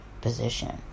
position